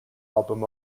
album